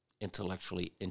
intellectually